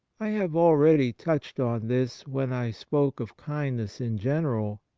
i have already touched on this when i spoke of kindness in general,